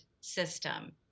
system